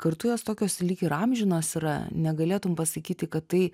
kartu jos tokios lyg ir amžinos yra negalėtum pasakyti kad tai